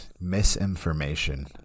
Misinformation